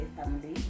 family